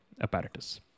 apparatus